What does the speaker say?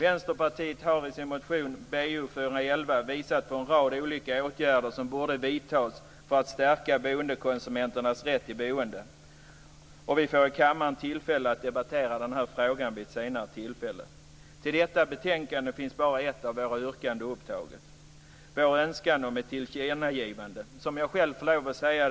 Vänsterpartiet har i sin motion Bo411 visat på en rad olika åtgärder som borde vidtas för att stärka boendekonsumenternas rätt i boendet. Till detta betänkande finns bara ett av våra yrkanden upptaget. Det gäller vår önskan om ett tillkännagivande.